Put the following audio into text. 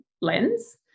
lens